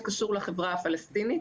שקשור לחברה הפלסטינית,